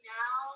now